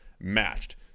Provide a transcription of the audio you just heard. matched